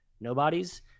nobodies